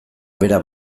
bera